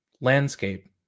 landscape